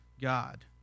God